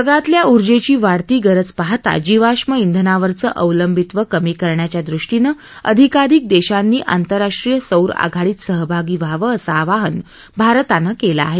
जगातल्या उर्जेची वाढती गरज पाहाता जीवाष्म श्रेनावरचं अवलंबित्व कमी करण्याच्या दृष्टीनं अधिकाधिक देशांनी आतंरराष्ट्रीय सौर आघाडीत सहभागी व्हावं असं आवाहन भारतानं केलं आहे